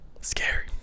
Scary